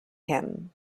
him